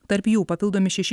tarp jų papildomi šeši